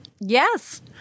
Yes